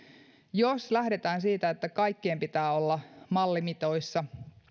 jos lähdetään siitä että kaikkien pitää olla mallimitoissa